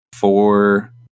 four